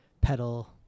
pedal